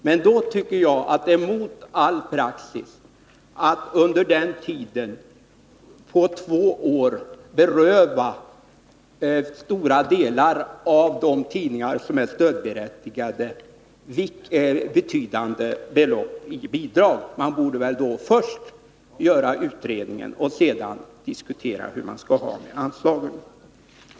Men då tycker jag att det är emot all praxis att under den tiden, på två år, beröva många av de tidningar som är stödberättigade betydande belopp i bidrag. Man borde väl först göra utredningen och sedan diskutera hur man skall ha det med anslagen.